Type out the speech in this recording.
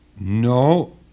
No